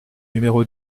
numéro